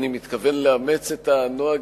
אני מתכוון לאמץ את הנוהג,